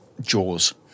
Jaws